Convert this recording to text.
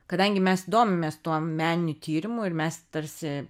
kadangi mes domimės tuo meniniu tyrimu ir mes tarsi